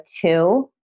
two